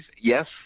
Yes